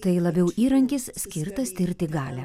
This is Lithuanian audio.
tai labiau įrankis skirtas tirti galią